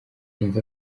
numva